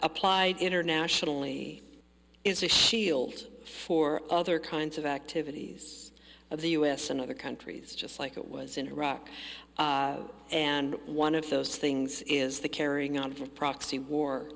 applied internationally is a shield for other kinds of activities of the u s and other countries just like it was in iraq and one of those things is the carrying out of a proxy war